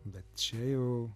bet čia jau